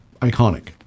iconic